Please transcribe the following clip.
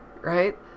Right